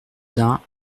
dain